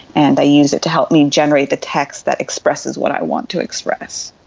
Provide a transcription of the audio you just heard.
and i use it to help me generate the text that expresses what i want to express.